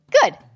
Good